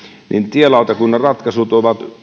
tielautakunnan ratkaisut ovat